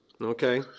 Okay